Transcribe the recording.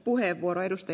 arvoisa puhemies